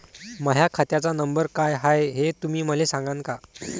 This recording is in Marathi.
माह्या खात्याचा नंबर काय हाय हे तुम्ही मले सागांन का?